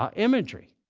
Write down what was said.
um imagery.